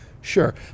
Sure